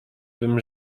bym